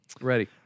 Ready